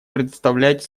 представлять